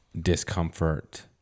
discomfort